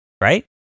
right